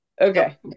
Okay